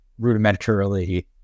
rudimentarily